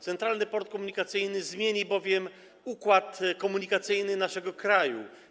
Centralny Port Komunikacyjny zmieni bowiem układ komunikacyjny naszego kraju.